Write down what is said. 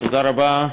תודה רבה.